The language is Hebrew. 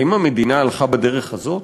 האם המדינה הלכה בדרך הזאת?